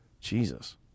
Jesus